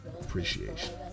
appreciation